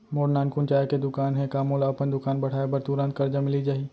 मोर नानकुन चाय के दुकान हे का मोला अपन दुकान बढ़ाये बर तुरंत करजा मिलिस जाही?